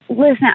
listen